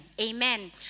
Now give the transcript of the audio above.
Amen